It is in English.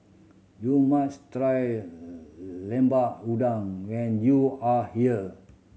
you must try Lemper Udang when you are here